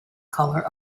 color